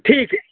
ठीक है